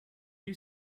you